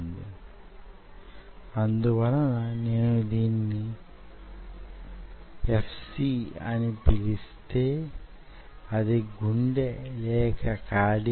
అయిందనుకుంటే నేను మీకు మరో పోలికను అందిస్తాను కండరం సంకోచిస్తునప్పుడు కాంటిలివర్ ను మీదకు క్రిందకు కదిలేలా చేస్తుంది